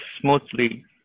smoothly